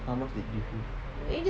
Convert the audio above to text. how much they give you